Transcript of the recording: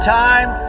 time